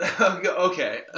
Okay